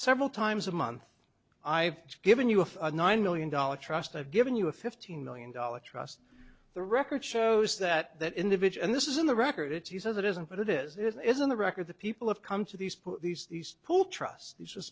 several times a month i've given you a nine million dollar trust i've given you a fifteen million dollar trust the record shows that that individual in this is in the records he says it isn't but it is it is in the record that people have come to these these these pool trusts th